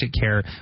care